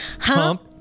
Hump